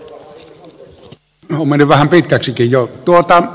on mennyt vähän pitkäksikin jo